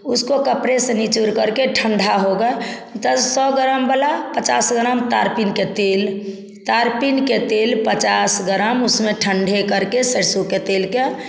उसको कपड़े से निचोड़ करके ठंडा होगा तब सौ ग्राम बना पचास ग्राम तारपीन के तेल तारपीन का तेल पचास ग्राम उसमें ठंडे करके सरसों के तेल के